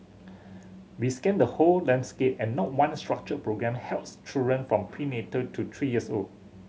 we scanned the whole landscape and not one structured programme helps children from prenatal to three years old